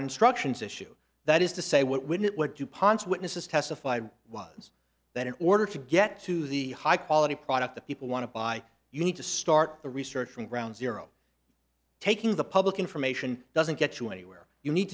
instructions issue that is to say what wouldn't what dupont's witnesses testified was that in order to get to the high quality product that people want to buy you need to start the research from ground zero taking the public information doesn't get you anywhere you need